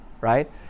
right